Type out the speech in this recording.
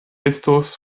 estos